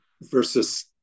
versus